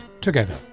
together